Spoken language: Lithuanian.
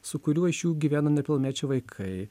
su kuriuo iš jų gyvena nepilnamečiai vaikai